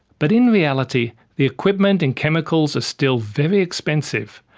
but in reality the equipment and chemicals are still very expensive,